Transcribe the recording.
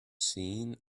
seen